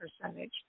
percentage